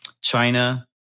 China